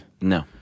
No